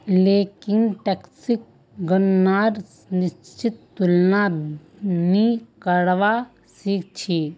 लेकिन टैक्सक गणनार निश्चित तुलना नी करवा सक छी